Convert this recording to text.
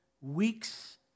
weeks